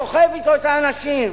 סוחף אתו את האנשים.